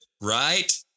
right